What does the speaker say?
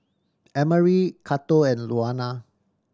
Emory Cato and Luana